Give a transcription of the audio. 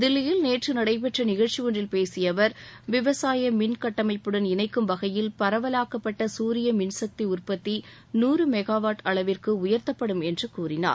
தில்லியில் நேற்று நடைபெற்ற நிகழ்ச்சி ஒன்றில் பேசிய அவர் விவசாய மின்கட்டமைப்புடன் இணைக்கும் வகையில் பரவலாக்கப்பட்ட குரிய மின்சக்தி உற்பத்தி நூறு மெகாவாட் அளவிற்கு உயர்த்தப்படும் என்று கூறினார்